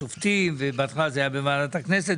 בוקר טוב, אני מתכבד לפתוח את ישיבת ועדת הכספים.